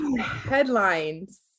Headlines